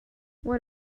what